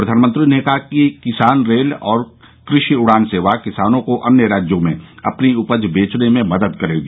प्रधानमंत्री ने कहा कि किसान रेल और कृषि उडान सेवा किसानों को अन्य राज्यों में अपनी उपज बेचने में मदद करेगी